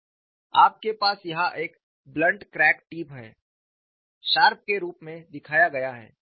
आपके पास यहां एक ब्लंट क्रैक टिप है शार्प के रूप में दिखाया गया है